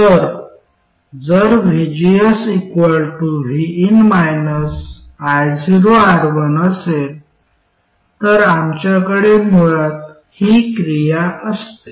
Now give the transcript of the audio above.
तर जर vgs vin ioR1 असेल तर आमच्याकडे मुळात ही क्रिया असते